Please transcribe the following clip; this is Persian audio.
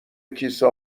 کیسه